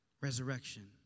Resurrection